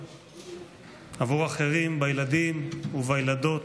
עבור אחרים בילדים ובילדות,